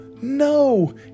no